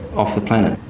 off the planet.